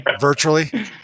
virtually